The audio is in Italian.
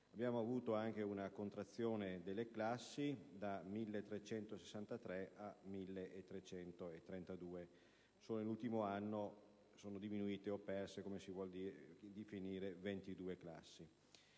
Abbiamo avuto anche una contrazione delle classi (da 1.363 a 1.332); solo nell'ultimo anno sono diminuite di 22.